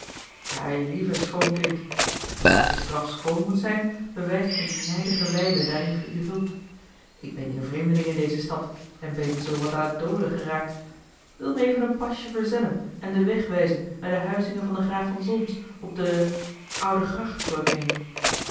eilieve schoon kind want dat ge straf schoon moet zijn bewijst me die nijdige wijle daarin ge u hult ik ben hier vreemdeling in deze stad en ben zoo wat aan t dolen geraakt wil me even een pasje verzellen en den weg wijzen naar de huizinge van den graaf van solms op de oude gracht zoo ik meen